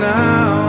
now